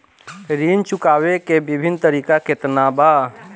ऋण चुकावे के विभिन्न तरीका केतना बा?